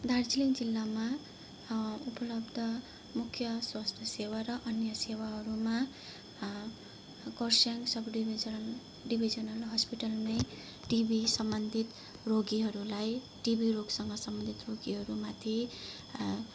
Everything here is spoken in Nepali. दार्जिलिङ जिल्लामा उपलब्ध मुख्य स्वास्थ्य सेवा र अन्य सेवाहरूमा Kurseong sub division divisional hospital नै टिबी सम्बन्धित रोगीहरूलाई टिबी रोगसँग सम्मिलित रोगीहरूमाथि